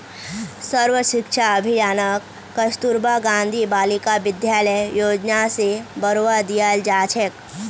सर्व शिक्षा अभियानक कस्तूरबा गांधी बालिका विद्यालय योजना स बढ़वा दियाल जा छेक